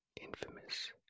infamous